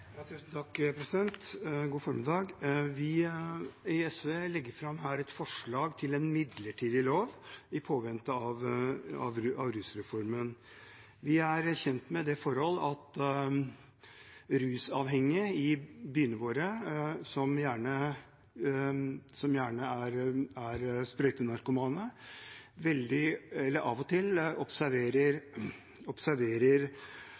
Tusen takk, president, og god formiddag! Vi i SV legger her fram et forslag til en midlertidig lov i påvente av rusreformen. Vi er kjent med det forhold at rusavhengige i byene våre, som gjerne er sprøytenarkomane, av og til observerer